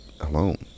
alone